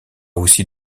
aussi